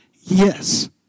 yes